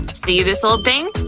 see this old thing?